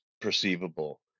perceivable